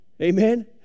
Amen